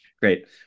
Great